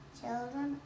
children